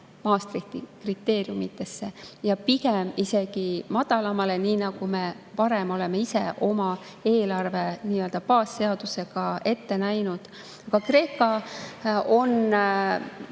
Maastrichti kriteeriumidesse, pigem isegi madalamale, nii nagu me varem oleme ise oma eelarve nii-öelda baasseadusega ette näinud. Kreeklased